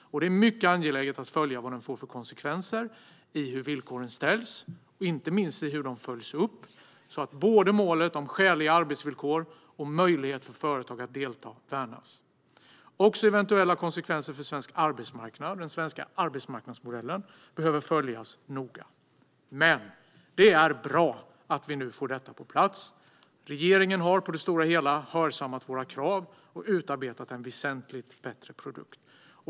Det är mycket angeläget att följa vad den får för konsekvenser när det gäller hur villkoren ställs, inte minst när det gäller hur de följs upp, så att målet om skäliga arbetsvillkor och möjligheten för företag att delta värnas. Också eventuella konsekvenser för svensk arbetsmarknad och för den svenska arbetsmarknadsmodellen behöver följas noga. Men det är bra att vi nu får detta på plats. Regeringen har på det stora hela hörsammat våra krav och utarbetat en väsentligt bättre produkt.